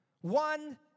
One